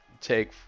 take